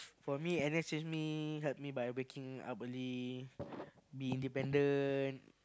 for me N_S change me help me by waking up early be independent